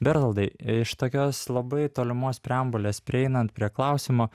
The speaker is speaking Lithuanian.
bertoldai iš tokios labai tolimos preambulės prieinant prie klausimo